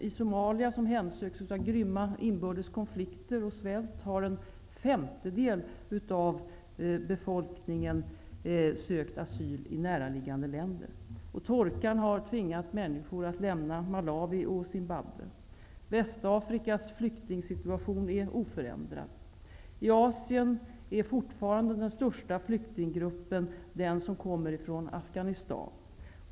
I Somalia, som hemsöks av grymma inbördes konflikter och svält, har en femtedel av befolkningen sökt asyl i näraliggande länder. Torkan har tvingat människor att lämna Malawi och Zimbabwe. Västafrikas flyktingsituation är oförändrad. I Asien är den största flyktinggruppen fortfarande den som kommer från Afghanistan.